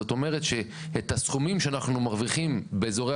זאת אומרת שאת הסכומים שאנחנו מרוויחים באזורי